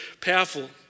powerful